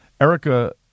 Erica